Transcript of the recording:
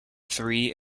three